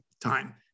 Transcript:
time